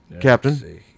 Captain